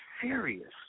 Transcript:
serious